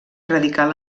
radical